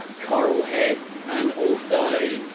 coral heads and also